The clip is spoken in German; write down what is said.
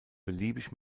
beliebig